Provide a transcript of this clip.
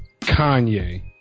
Kanye